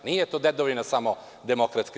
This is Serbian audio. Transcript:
Nije to dedovina samo DS.